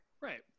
Right